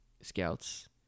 scouts